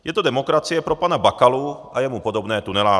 Je to demokracie pro pana Bakalu a jemu podobné tuneláře.